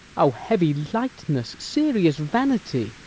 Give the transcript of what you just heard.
o heavy lightness! serious vanity!